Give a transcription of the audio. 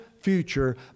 future